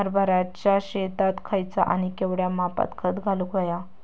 हरभराच्या शेतात खयचा आणि केवढया मापात खत घालुक व्हया?